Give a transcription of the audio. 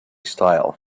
style